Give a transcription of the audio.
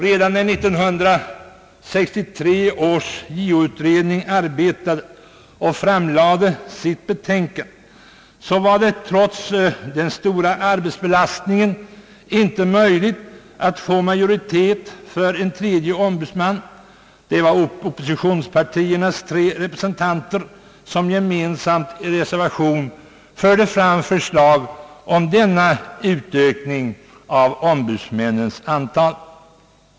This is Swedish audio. Redan när 1963 års JO-utredning arbetade och framlade sitt betänkande var det, trots den stora arbetsbelastningen, inte möjligt att få majoritet för en tredje ombudsman — oppositionspartiernas tre representanter föreslog då i gemensam reservation denna utökning av ombudsmännens antal.